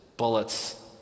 bullets